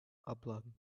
oblong